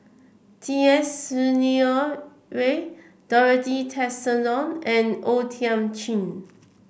T S Sinnathuray Dorothy Tessensohn and O Thiam Chin